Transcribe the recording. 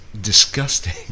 disgusting